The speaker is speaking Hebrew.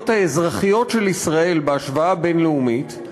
האזרחיות של ישראל בהשוואה בין-לאומית,